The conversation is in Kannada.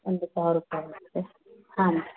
ಒಂದು ಸಾವಿರ ರೂಪಾಯಿ ಆಗುತ್ತೆ ಹಾಂ ಮೇಡಮ್